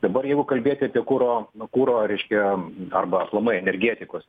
dabar jeigu kalbėti apie kuro nu kuro reiškia arba aplamai energetikos